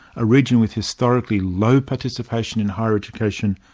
a region with historically low participation in higher education,